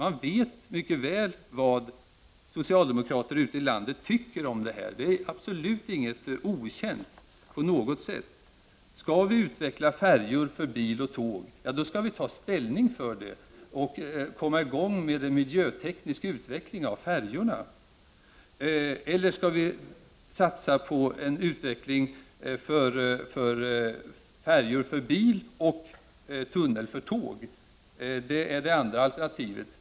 De vet mycket väl vad socialdemokrater ute i landet tycker — det är absolut inte okänt på något sätt. Om vi skall utveckla färjor för bilar och tåg måste vi ta ställning för det och komma i gång med en miljöteknisk utveckling av färjorna. Eller skall vi satsa på en utveckling av färjor för bilar och en tunnel för tåg? Det är det andra alternativet.